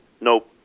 Nope